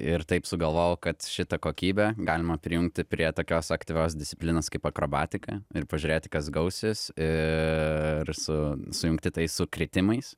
ir taip sugalvojau kad šitą kokybę galima prijungti prie tokios aktyvios disciplinos kaip akrobatika ir pažiūrėti kas gausis ir su sujungti tai su kritimais